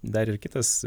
dar ir kitas